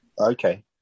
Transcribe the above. Okay